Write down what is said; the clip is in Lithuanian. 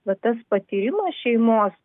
va tas patyrimas šeimos